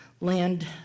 land